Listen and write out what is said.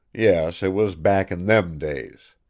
yes, it was back in them days.